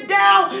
down